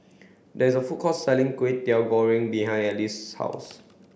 there is a food court selling Kway Teow Goreng behind Alice's house